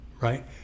right